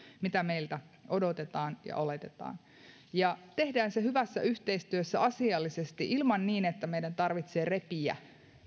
mitä meiltä odotetaan ja oletetaan tehdään se hyvässä yhteistyössä ja asiallisesti ilman että meidän tarvitsee repiä